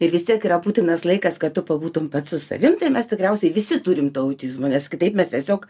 ir vis tiek yra būtinas laikas kad tu pabūtum pats su savim tai mes tikriausiai visi turim tą autizmo nes taip mes tiesiog